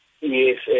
Yes